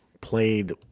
played